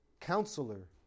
Counselor